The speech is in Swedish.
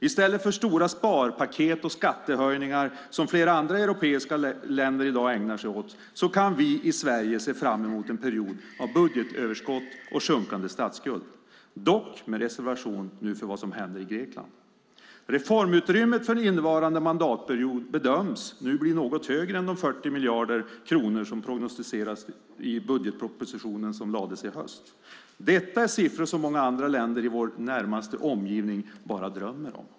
I stället för stora sparpaket och skattehöjningar som flera andra europeiska länder i dag ägnar sig åt, kan vi i Sverige se fram emot en period av budgetöverskott och sjunkande statsskuld, dock med reservation för vad som nu händer i Grekland. Reformutrymmet för innevarande mandatperiod bedöms nu bli något högre än de 40 miljarder kronor som prognostiserades i budgetpropositionen som lades fram i höstas. Detta är siffror som många andra länder i vår närmaste omgivning bara drömmer om.